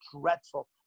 dreadful